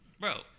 Bro